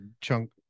chunk